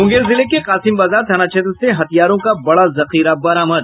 मुंगेर जिले के कासिम बाजार थाना क्षेत्र से हथियारों का बड़ा जखीरा बरामद